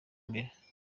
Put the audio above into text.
mbere